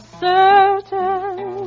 certain